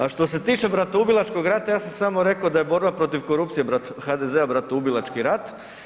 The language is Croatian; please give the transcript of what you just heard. A što se tiče bratoubilačkog rata, ja sam samo reko da je borba protiv korupcije HDZ-a bratoubilački rat.